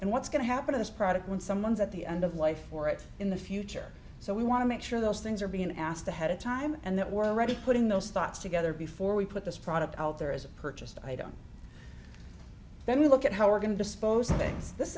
and what's going to happen in this product when someone's at the end of life for it in the future so we want to make sure those things are being asked ahead of time and that we're already putting those thoughts together before we put this product out there as a purchased item then you look at how we're going to dispose of things this